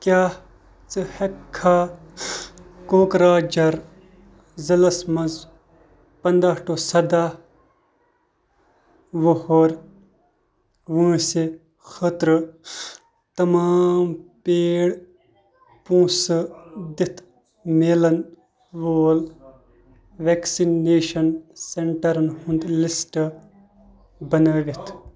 کیٛاہ ژٕ ہیٚکھا کوکرٛاجھار ضلعس مَنٛز پنداہ ٹو سَداہ وُہُر وٲنٛسہِ خٲطرٕ تمام پیڈ پونٛسہٕ دِتھ میلن وول ویکسِنیشن سینٹرن ہُنٛد لسٹ بنٲوِتھ؟